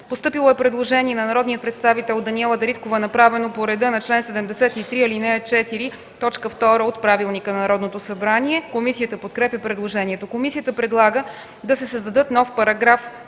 Постъпило е предложение на народния представител Даниела Дариткова, направено по реда на чл. 73, ал. 4, т. 2 от Правилника за организацията и дейността на Народното събрание. Комисията подкрепя предложението. Комисията предлага да се създадат нови параграфи